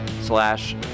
slash